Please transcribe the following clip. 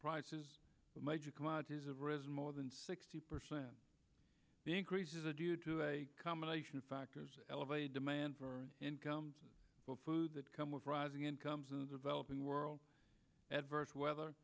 of risen more than sixty percent increases a due to a combination of factors elevated demand for incomes of food that come with rising incomes and developing world adverse weather